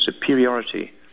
superiority